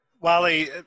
Wally